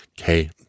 Okay